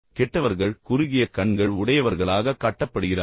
எனவே கெட்டவர்கள் எப்போதும் குறுகிய கண்கள் உடையவர்களாக காட்டப்படுகிறார்கள்